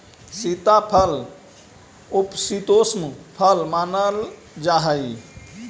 सीताफल उपशीतोष्ण फल मानल जा हाई